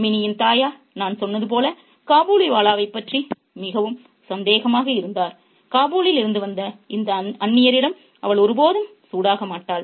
மினியின் தாயார் நான் சொன்னது போல் காபூலிவாலாவைப் பற்றி மிகவும் சந்தேகமாக இருந்தார் காபூலில் இருந்து வந்த இந்த அந்நியரிடம் அவள் ஒருபோதும் சூடாக மாட்டாள்